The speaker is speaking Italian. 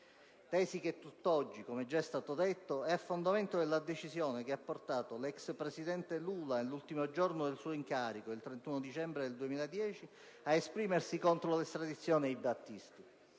tesi tutt'oggi, come già detto, è a fondamento della decisione che ha portato l'ex presidente Lula, nell'ultimo giorno del suo incarico, il 31 dicembre 2010, ad esprimersi contro l'estradizione di Battisti.